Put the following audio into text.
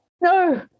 no